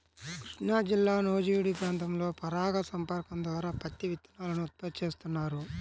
కృష్ణాజిల్లా నూజివీడు ప్రాంతంలో పరాగ సంపర్కం ద్వారా పత్తి విత్తనాలను ఉత్పత్తి చేస్తున్నారు